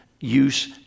use